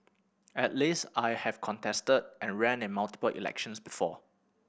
at least I have contested and ran in multiple elections before